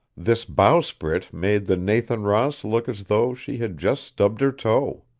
this bowsprit made the nathan ross look as though she had just stubbed her toe.